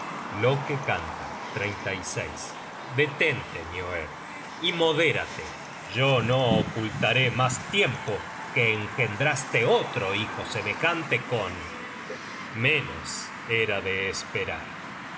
book search generated at loke canta detente nioerd y modérate yo no ocultaré mas tiempo que engendraste otro hijo semejante con menos era de esperar